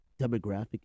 demographic